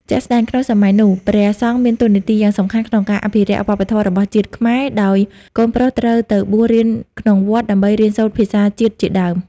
ជាក់ស្ដែង ក្នុងសម័យនោះ ព្រះសង្ឃមានតួនាទីយ៉ាងសំខាន់ក្នុងការអភិរក្សវប្បធម៌របស់ជាតិខ្មែរ ដោយកូនប្រុសត្រូវទៅបួសរៀនក្នុងវត្តដើម្បីរៀនសូត្រភាសាជាតិជាដើម។